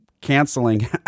canceling